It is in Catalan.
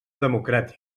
democràtic